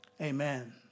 amen